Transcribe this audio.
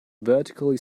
vertically